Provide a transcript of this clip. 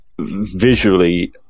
visually